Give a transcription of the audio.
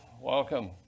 welcome